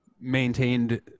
maintained